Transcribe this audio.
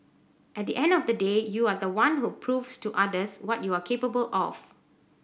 at the end of the day you are the one who proves to others what you are capable of